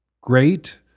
great